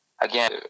again